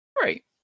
Right